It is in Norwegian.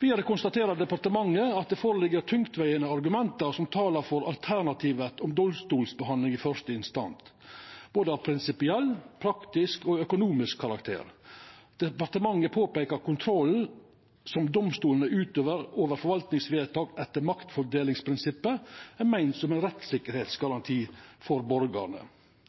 Vidare konstaterer departementet at det ligg føre tungtvegande argument som talar mot alternativet om domstolsbehandling i første instans, av både prinsipiell, praktisk og økonomisk karakter. Departementet påpeiker at kontrollen som domstolane utøver over forvaltningsvedtak etter maktfordelingsprinsippet, er meint som ein rettssikkerheitsgaranti for